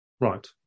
right